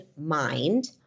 mind